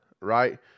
right